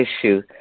issue